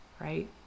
right